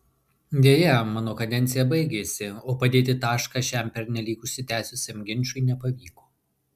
deja mano kadencija baigėsi o padėti tašką šiam pernelyg užsitęsusiam ginčui nepavyko